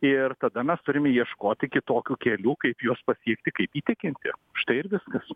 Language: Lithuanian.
ir tada mes turim ieškoti kitokių kelių kaip juos pateikti kaip įtikinti štai ir viskas